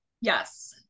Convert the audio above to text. Yes